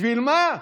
בשביל מה?